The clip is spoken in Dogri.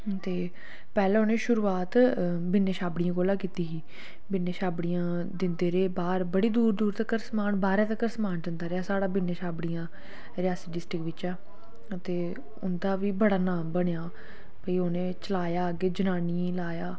ते पैह्लें उ'नें शुरूआत बिन्ने छाबड़ियें कोला कीती ही बिन्ने छाबड़ियां दिंदे रेह् बाह्र बड़ी दूर दूर तक्कर समान बाह्रै तक्कर समान जंदा रेहा साढ़ा बिन्ने छाबड़ियें दा रियासी डिस्ट्रिक्ट बिच्चा ते उं'दा बी बड़ा नाम बनेआ भाई उ'नें चलाया अग्गें जनानियें गी लाया